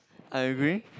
I agree